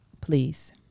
Please